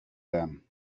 them